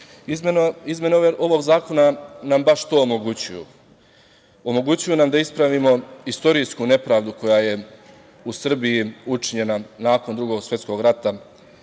ovog zakona nam baš to omogućuju. Omogućuju nam da ispravimo istorijsku nepravdu koja je u Srbiji učinjena nakon Drugog svetskog rata